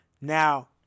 Now